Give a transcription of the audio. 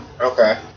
Okay